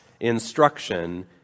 instruction